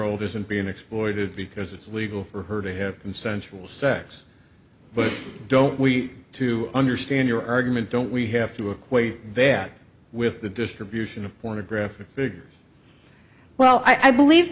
old isn't being exploited because it's legal for her to have consensual sex but don't we to understand your argument don't we have to equate that with the distribution of pornographic well i believe